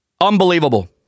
Unbelievable